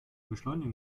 beschleunigen